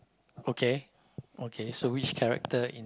okay okay so which character in